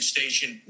Station